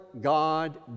God